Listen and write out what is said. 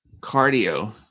cardio